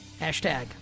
Hashtag